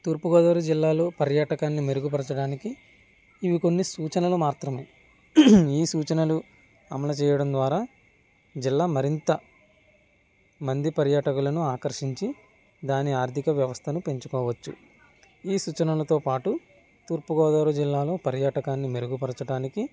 తూర్పుగోదావరి జిల్లాలో పర్యాటకాన్ని మెరుగుపరచడానికి ఇవి కొన్ని సూచనలు మాత్రమే ఈ సూచనలు అమలు చేయడం ద్వారా జిల్లా మరింత మంది పర్యాటకులను ఆకర్షించి దాని ఆర్థిక వ్యవస్థను పెంచుకోవచ్చు ఈ సూచనలతో పాటు తూర్పుగోదావరి జిల్లాలో పర్యాటకాన్ని మెరుగుపరచడానికి